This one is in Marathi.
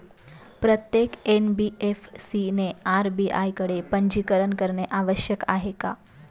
प्रत्येक एन.बी.एफ.सी ने आर.बी.आय कडे पंजीकरण करणे आवश्यक आहे का?